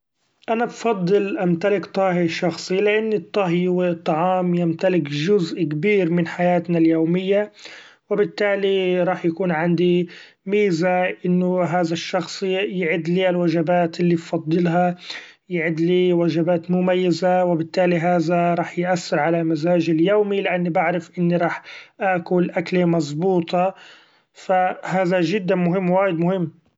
أنا بفضل امتلك طاهي شخصي لأن الطهي و الطعام يمتلك جزء كبير من حياتنا اليومية ، و بالتالي رح يكون عندي ميزة إنو هاذا الشخص يعد لي الوجبات اللي بفضلها ، يعد لي وجبات مميزة وبالتالي هاذا رح يأثر علي مزاجي اليومي ؛ لأني بعرف إني رح اكل اكلي مزبوطه ف هذا جدا مهم وايد مهم.